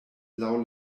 laŭ